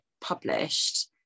published